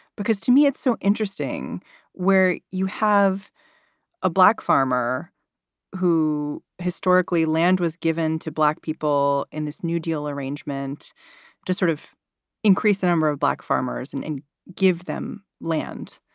because to me, it's so interesting where you have a black farmer who historically land was given to black people in this new deal arrangement to sort of increase the number of black farmers and and give them land.